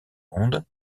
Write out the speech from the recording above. monde